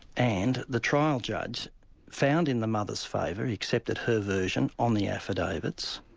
and the trial judge found in the mother's favour, he accepted her version on the affidavits,